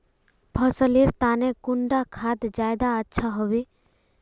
फसल लेर तने कुंडा खाद ज्यादा अच्छा सोबे?